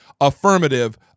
affirmative